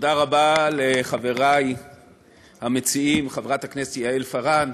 תודה רבה לחברי המציעים, חברת הכנסת יעל פארן,